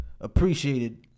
appreciated